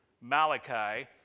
Malachi